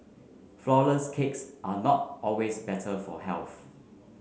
flour less cakes are not always better for health